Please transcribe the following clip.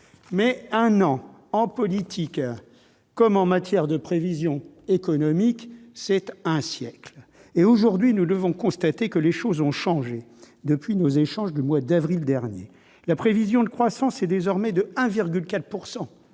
Mais un an en politique, comme en matière de prévisions économiques, c'est un siècle ! Aujourd'hui, force est de constater que les choses ont changé depuis nos échanges du mois d'avril dernier. La prévision de croissance est désormais de 1,4